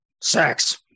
Sex